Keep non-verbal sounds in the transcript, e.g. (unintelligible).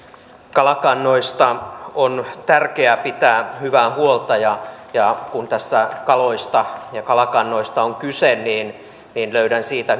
kalakannoista on tärkeää pitää hyvää huolta ja ja kun tässä kaloista ja kalakannoista on kyse niin niin löydän siitä (unintelligible)